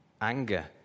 anger